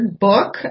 book